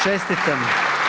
Čestitam.